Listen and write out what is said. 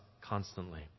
constantly